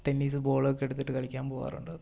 tennis ball ഒക്കെ എടുത്തിട്ട് കളിക്കാൻ പോവാറുണ്ട്